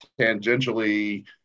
tangentially